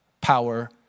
power